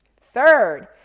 Third